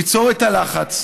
ליצור את הלחץ,